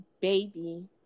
baby